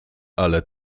ale